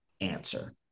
Answer